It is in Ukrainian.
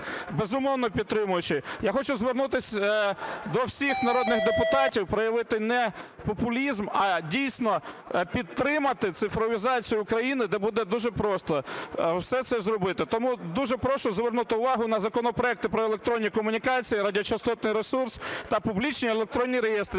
безумовно, підтримуючи, я хочу звернутись до всіх народних депутатів проявити не популізм, а дійсно підтримати цифровізацію країни, де буде дуже просто все це зробити. Тому дуже прошу звернути увагу на законопроекти про електронні комунікації, радіочастотний ресурс та публічні електронні реєстри,